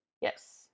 Yes